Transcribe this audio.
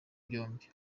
byombi